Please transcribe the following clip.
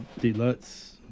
deluxe